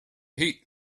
heat